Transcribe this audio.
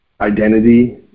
Identity